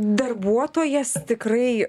darbuotojas tikrai